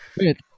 Wait